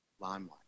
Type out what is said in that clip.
limelight